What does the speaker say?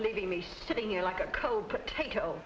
leaving me sitting here like a cold potato